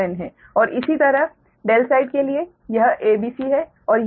और इसी तरह ∆ साइड के लिए यह a b c है